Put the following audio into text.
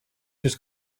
just